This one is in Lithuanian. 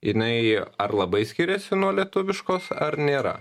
jinai ar labai skiriasi nuo lietuviškos ar nėra